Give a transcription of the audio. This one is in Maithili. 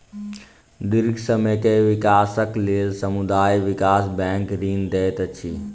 दीर्घ समय के विकासक लेल समुदाय विकास बैंक ऋण दैत अछि